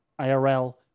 IRL